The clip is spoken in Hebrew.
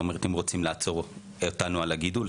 זאת אומרת אם רוצים לעצור אותנו על הגידול,